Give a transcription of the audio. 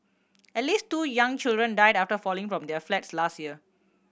at least two young children died after falling from their flats last year